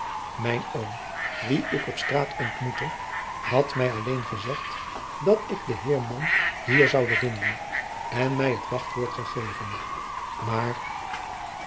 mijn oom wien ik op straat ontmoette had mij alleen gezegd dat ik den heer mom hier zoude vinden en mij het wachtwoord gegeven maar